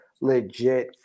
legit